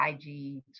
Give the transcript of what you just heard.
IG